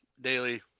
daily